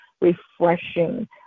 refreshing